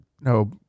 No